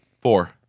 Four